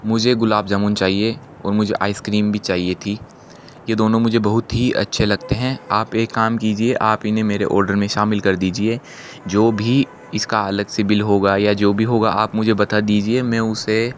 मुझे गुलाब जामुन चाहिए और मुझे आइसक्रीम भी चाहिए थी ये दोनो मुझे बहुत ही अच्छे लगते हैं आप एक काम कीजिए आप इन्हें मेरे ऑर्डर में शामिल कर दीजिए जो भी इसका अलग से बिल होगा मुझे बता दीजिए मैं उसे